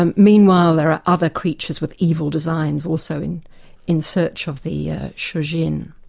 um meanwhile there are other creatures with evil designs also in in search of the shojin.